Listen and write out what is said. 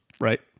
right